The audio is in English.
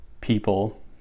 people